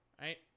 right